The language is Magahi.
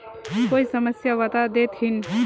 कोई समस्या बता देतहिन?